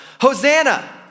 Hosanna